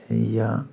یا